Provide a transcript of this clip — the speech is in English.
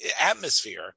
atmosphere